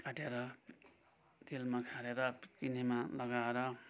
काटेर तेलमा खारेर किनेमा लगाएर